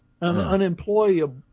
Unemployable